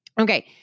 Okay